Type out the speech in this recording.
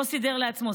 לא סידר לעצמו,